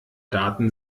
daten